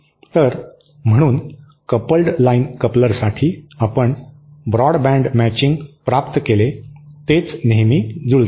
तर म्हणून coupled line कपलरसाठी आपण ब्रॉड बँड मॅचिंग प्राप्त केले तेच नेहमी जुळते